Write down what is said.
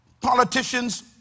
politicians